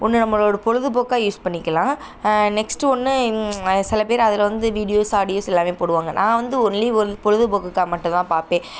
ஒன்று நம்மளோட பொழுதுபோக்காக யூஸ் பண்ணிக்கலாம் நெக்ஸ்டு ஒன்று சில பேர் அதில் வந்து வீடியோஸ் ஆடியோஸ் எல்லாமே போடுவாங்க நான் வந்து ஒன்லி ஒன் பொழுதுபோக்குக்காக மட்டுந்தான் பார்ப்பேன்